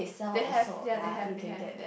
they have ya they have they have